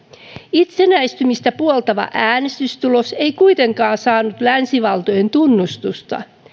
itsenäistymistä puoltava äänestystulos ei kuitenkaan saanut länsivaltojen tunnustusta